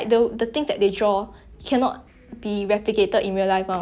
you know like ghibli films that kind ya it's like so